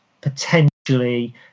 potentially